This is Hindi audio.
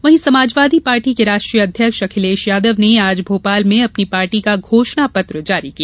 वहीं समाजवादी पार्टी के राष्ट्रीय अध्यक्ष अखिलेश यादव ने आज भोपाल में अपनी पार्टी का घोषणा पत्र जारी किया